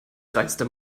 dreiste